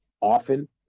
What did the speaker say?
often